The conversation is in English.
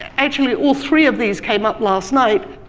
actually all three of these came up last night,